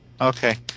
Okay